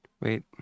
Wait